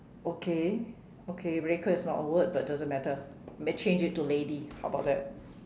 okay okay very clear it's not a word but doesn't matter may change it to lady how about that